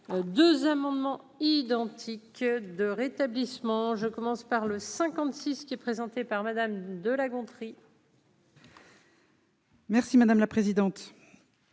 2 amendements identiques de rétablissement, je commence par le 56 qui est présenté par Madame de La Gontrie. Merci madame la présidente,